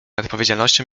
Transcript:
odpowiedzialnością